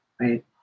right